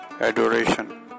adoration